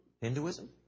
Hinduism